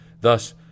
Thus